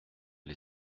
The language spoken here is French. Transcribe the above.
les